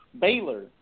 Baylor